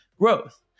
growth